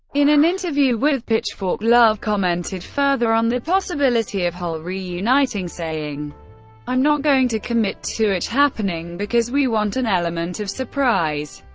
in an interview with pitchfork, love commented further on the possibility of hole reuniting, saying i'm not going to commit to it happening, because we want an element of surprise.